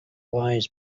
wise